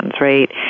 right